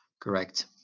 Correct